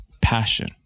passion